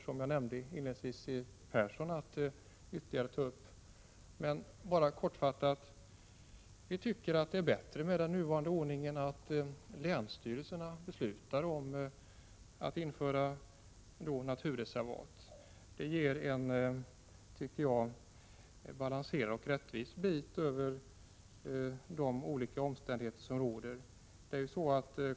Som jag nämnde inledningsvis kommer Siw Persson att ta upp den frågan. Kortfattat vill jag säga att vi tycker att det är bättre med den nuvarande ordningen, att länsstyrelsen beslutar om införande av naturreservat. Därmed får man enligt min uppfattning en balanserad och rättvis bild av de olika omständigheter som råder.